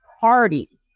party